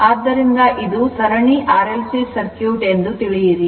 ಆದ್ದರಿಂದ ಇದು ಸರಣಿ RLC ಸರ್ಕ್ಯೂಟ್ ಎಂದು ತಿಳಿಯಿರಿ